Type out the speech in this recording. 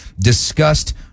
discussed